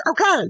okay